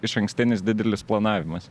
išankstinis didelis planavimas